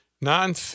Non